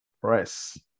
Press